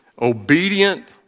Obedient